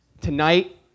Tonight